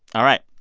all right.